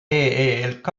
eelk